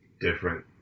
different